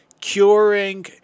curing